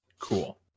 Cool